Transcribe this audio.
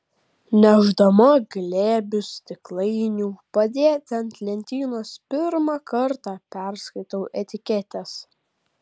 nešdama glėbius stiklainių padėti ant lentynos pirmą kartą perskaitau etiketes